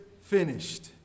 finished